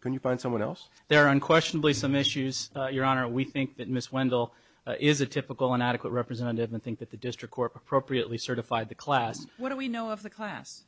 can you find someone else there are unquestionably some issues your honor we think that miss wendell is a typical inadequate representative and think that the district court appropriately certified the class what do we know of the class